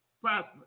Prosper